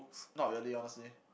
not really honestly